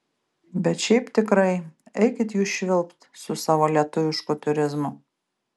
bet šiaip tikrai eikit jūs švilpt su savo lietuvišku turizmu